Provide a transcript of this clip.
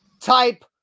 type